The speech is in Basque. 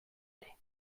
ere